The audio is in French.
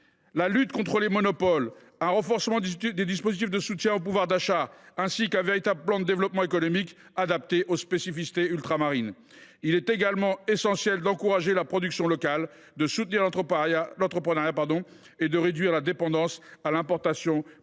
la lutte contre les monopoles, le renforcement des dispositifs de soutien au pouvoir d’achat, ainsi qu’un véritable plan de développement économique adapté aux spécificités ultramarines. Il est également essentiel d’encourager la production locale, de soutenir l’entrepreneuriat et de réduire la dépendance aux importations pour